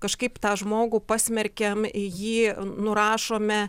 kažkaip tą žmogų pasmerkiam jį nurašome